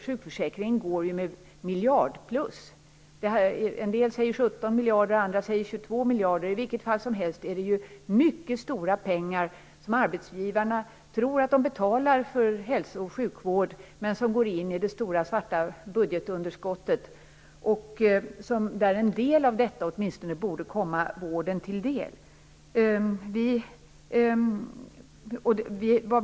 Sjukförsäkringen går ju plus med flera miljarder. En del talar om 17 miljarder, andra om 22 miljarder. I vilket fall som helst går mycket stora pengar - som arbetsgivarna tror att de betalar för hälso och sjukvård - in i det stora svarta budgetunderskottet. Åtminstone en del av detta borde komma vården till del.